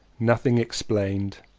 nothing explained,